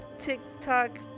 TikTok